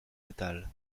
metal